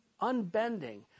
unbending